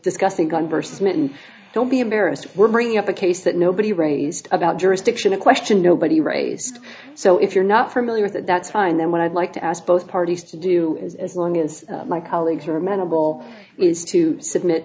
discussing gun vs mitten don't be embarrassed were bringing up a case that nobody raised about jurisdiction the question nobody raised so if you're not familiar with that that's fine then what i'd like to ask both parties to do is as long as my colleagues are amenable is to submit